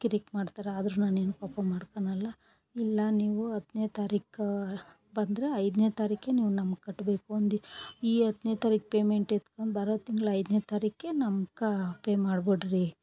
ಕಿರಿಕ್ ಮಾಡ್ತಾರೆ ಆದರೂ ನಾನು ಏನು ಕೋಪ ಮಾಡ್ಕಳಲ್ಲ ಇಲ್ಲ ನೀವು ಹತ್ತನೇ ತಾರೀಕು ಬಂದ್ರೆ ಐದನೇ ತಾರೀಕೆ ನೀವು ನಮ್ಗೆ ಕಟ್ಟಬೇಕು ಒಂದು ಈ ಹತ್ತನೇ ತಾರೀಕು ಪೇಮೆಂಟ್ ಇಟ್ಕೊಂಡ್ ಬರೋ ತಿಂಗಳ ಐದನೇ ತಾರೀಕಿಗೆ ನಮ್ಗೆ ಪೇ ಮಾಡಿಬಿಡ್ರಿ